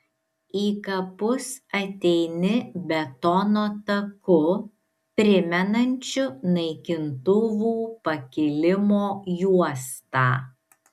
į kapus ateini betono taku primenančiu naikintuvų pakilimo juostą